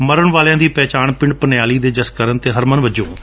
ਮਰਨ ਵਾਲਿਆਂ ਦੀ ਪਹਿਚਾਣ ਪਿੰਡ ਪਨਿਆਲੀ ਦੇ ਜਸਕਰਨ ਅਤੇ ਹਰਮਨ ਵਜੋ ਹੋਈ ਏ